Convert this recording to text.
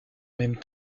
même